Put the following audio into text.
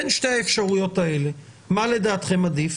בין שתי האפשרויות האלה, מה לדעתכם עדיף?